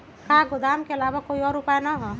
का गोदाम के आलावा कोई और उपाय न ह?